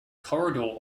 corridor